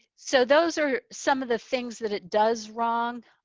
so those are some of the things that it does wrong.